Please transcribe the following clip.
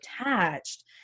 attached